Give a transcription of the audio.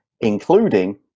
including